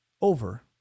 over